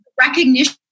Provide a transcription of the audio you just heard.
recognition